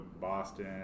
Boston